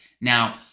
Now